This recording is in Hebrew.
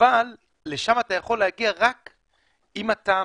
אבל לשם אתה יכול להגיע רק אם יש לך